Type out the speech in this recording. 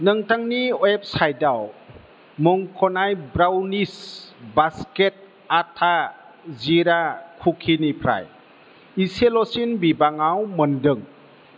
नोंथांनि वेबसाइटआव मुंख'नाय ब्राउनिस बास्केट आटा जिरा कुकिनिफ्राय इसेल'सिन बिबाङाव मोनदों